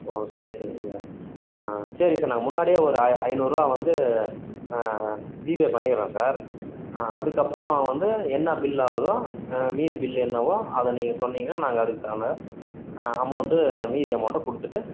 ஓ சரி சரிங்க சார் சரி சார் நாங்கள் முன்னாடியே ஒரு ஐ ஐநூறுரூவா வந்து ஜிபே பண்ணிடுறோம் சார் அதுக்கப்பறம் வந்து என்ன பில் ஆகுதோ மீதி பில் என்னவோ அதை நீங்கள் சொன்னீங்கன்னா நாங்கள் அதுக்கு தகுந்த அமௌண்ட் மீதி அமௌண்டை கொடுத்துட்டு